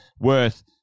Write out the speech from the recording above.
worth